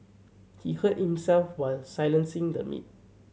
he hurt himself while silencing the meat